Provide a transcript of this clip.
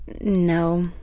No